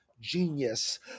genius